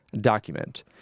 document